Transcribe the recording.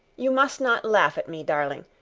you must not laugh at me, darling,